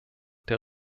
der